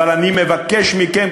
אבל אני מבקש מכם,